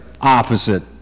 opposite